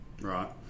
Right